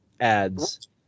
ads